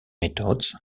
methods